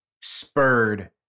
spurred